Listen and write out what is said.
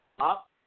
up